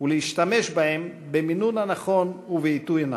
ולהשתמש בהן במינון הנכון ובעיתוי הנכון.